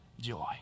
joy